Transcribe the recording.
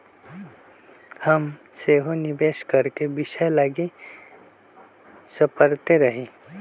हम सेहो निवेश करेके विषय लागी सपड़इते रही